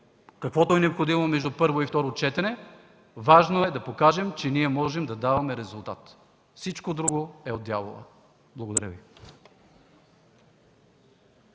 каквото е необходимо – между първо и второ четене, но важното е да покажем, че можем да даваме резултат. Всичко друго е от дявола. Благодаря.